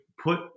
put